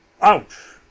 ouch